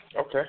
Okay